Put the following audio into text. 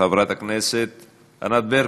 חברת הכנסת ענת ברקו.